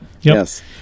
Yes